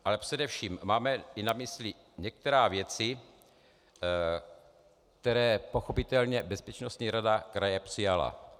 Ale především máme i na mysli některé věci, které pochopitelně bezpečnostní rada kraje přijala.